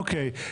אוקיי.